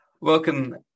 Welcome